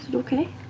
ah okay?